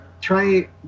try